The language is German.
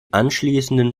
anschließenden